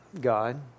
God